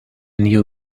new